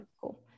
Cool